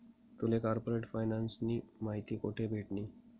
तुले कार्पोरेट फायनान्सनी माहिती कोठे भेटनी?